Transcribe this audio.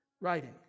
writing